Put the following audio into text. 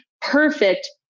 perfect